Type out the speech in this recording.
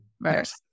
Right